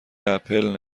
اپل